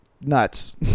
nuts